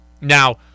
Now